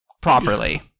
properly